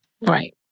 Right